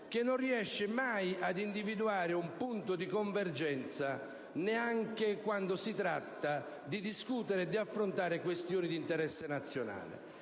che non riesce mai ad individuare un punto di convergenza, neanche quando si tratta di discutere e di affrontare questioni di interesse nazionale.